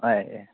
ꯑꯦ ꯑꯦ